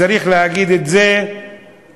צריך להגיד את זה דוגרי: